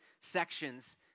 sections